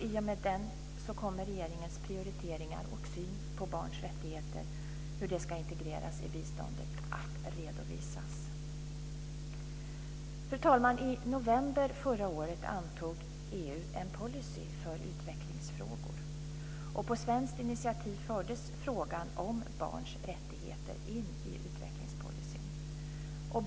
I och med den kommer regeringens prioriteringar och syn på hur barns rättigheter ska integreras i biståndet att redovisas. Fru talman! I november förra året antog EU en policy för utvecklingsfrågor. På svenskt initiativ fördes frågan om barns rättigheter in i utvecklingspolicyn.